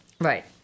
Right